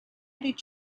did